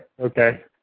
okay